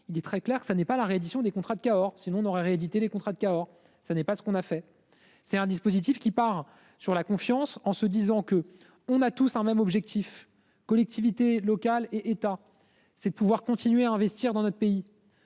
il est très clair, ça n'est pas la reddition des contrats de Cahors, sinon on aurait réédité les contrats de Cahors, ça n'est pas ce qu'on a fait c'est un dispositif qui part sur la confiance en se disant que on a tous un même objectif, collectivités locales et État c'est de pouvoir continuer à investir dans notre pays.